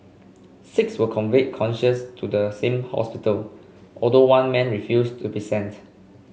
six were conveyed conscious to the same hospital although one man refused to be sent